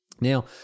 Now